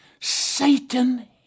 Satan